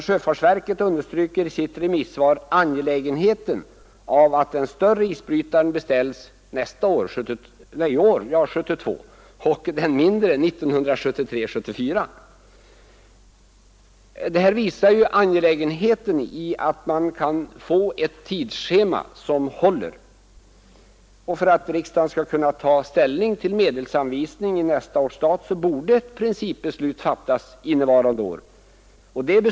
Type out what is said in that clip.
Sjöfartsverket understryker i sitt remissvar angelägenheten av att den större isbrytaren beställs 1972 och den mindre 1973/74. Detta visar angelägenheten av att man kan få ett tidsschema som håller. För att riksdagen skall kunna ta ställning till medelsanvisning i nästa års stat borde principbeslut fattas innevarande år.